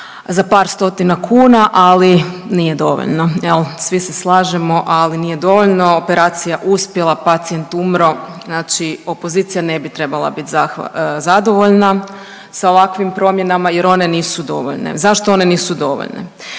za par stotina kuna ali nije dovoljno jel. Svi se slažemo, ali nije dovoljno, operacija uspjela, pacijent umro. Znači opozicija ne bi trebala biti zadovoljna sa ovakvim promjenama jer one nisu dovoljne. Zašto one nisu dovoljne?